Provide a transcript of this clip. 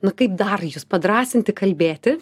na kaip dar jus padrąsinti kalbėti